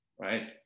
right